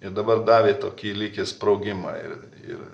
ir dabar davė tokį lyg ir sprogimą ir ir